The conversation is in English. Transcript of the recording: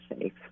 safe